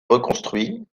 reconstruit